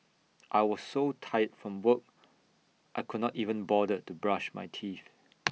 I was so tired from work I could not even bother to brush my teeth